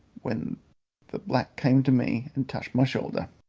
when the black came to me and touched my shoulder.